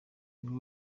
buri